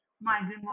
migrant